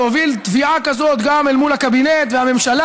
והוא הוביל תביעה כזאת גם אל מול הקבינט והממשלה,